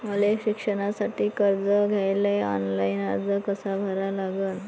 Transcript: मले शिकासाठी कर्ज घ्याले ऑनलाईन अर्ज कसा भरा लागन?